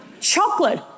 chocolate